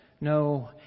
No